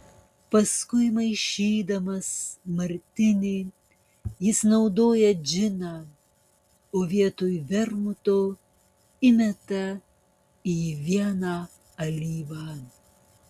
paskui maišydamas martinį jis naudoja džiną o vietoj vermuto įmeta į jį vieną alyvą